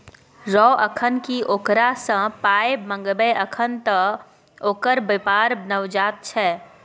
रौ अखन की ओकरा सँ पाय मंगबै अखन त ओकर बेपार नवजात छै